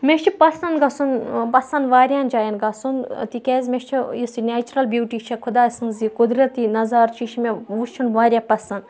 مےٚ چھُ پَسَنٛد گَژھُن پَسنٛد واریاہَن جایَن گَژھُن تِکیٛازِ مےٚ چھِ یُس یہِ نیچرَل بیوٗٹی چھےٚ خۄداے سٕنٛز یہِ قۅدرٔتی نظارٕ چھُ یہِ چھُ مےٚ وُچھُن واریاہ پَسَنٛد